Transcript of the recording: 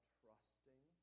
trusting